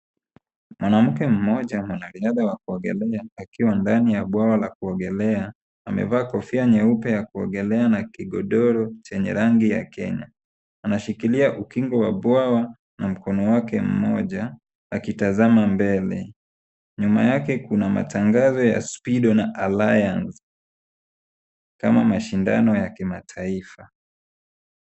Mwanamke mmoja mwanariadha wa kuogelea akiwa ndani ya bwawa la kuogelea amevaa kofia nyeupe ya kuogelea na kigodoro chenye rangi ya kenya. Anashikilia ukingo wa bwawa na mkono wake mmoja akitazama mbele. Nyuma yake kuna matangazo ya spido na Alliance kama mashindano ya kimataifa.